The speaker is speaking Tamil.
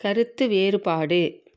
கருத்து வேறுபாடு